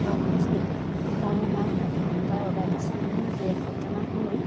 অঁ মৌছুমি মই সেইদিনা হেডফোন এটা অৰ্ডাৰ দিছিলোঁ নহয় আজি এসপ্তাহমান হ'ল